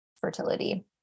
fertility